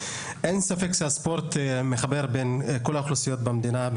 על האבוקה כתוב במפורש כמה זמן היא בוערת בין דקה או